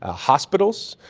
ah hospitals,